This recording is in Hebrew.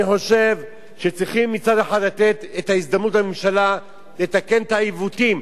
אני חושב שצריכים מצד אחד לתת את ההזדמנות לממשלה לתקן את העיוותים,